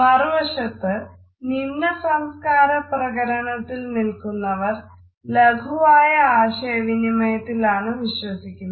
മറുവശത്ത് നിമ്ന സംസ്കാര പ്രകരണത്തിൽ നില്ക്കുന്നവർ ലഘുവായ ആശയവിനിമയത്തിലാണ് വിശ്വസിക്കുന്നത്